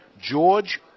George